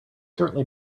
certainly